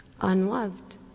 unloved